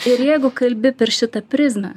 ir jeigu kalbi per šitą prizmę